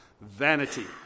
vanity